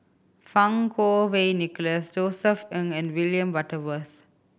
Fang Kuo Wei Nicholas Josef Ng and William Butterworth